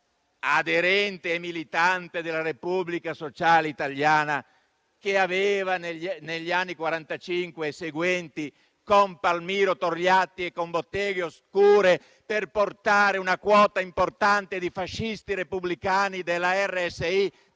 aderente e militante della Repubblica Sociale Italiana, negli anni 1945 e seguenti, con Palmiro Togliatti e con Botteghe Oscure, per portare una quota importante di fascisti repubblicani della RSI